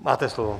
Máte slovo.